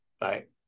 right